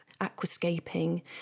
aquascaping